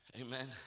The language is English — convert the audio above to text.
amen